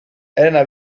elena